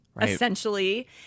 essentially